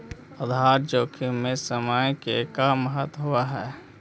आधार जोखिम में समय के का महत्व होवऽ हई?